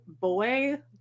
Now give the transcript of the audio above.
boy